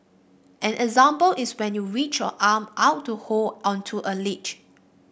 an example is when you reach your arm out to hold onto a ledge